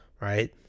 right